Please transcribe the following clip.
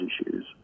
issues